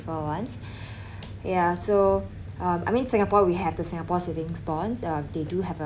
for once yeah so um I mean singapore we have the singapore savings bonds uh they do have a